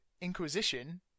Inquisition